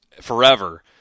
forever